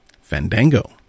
Fandango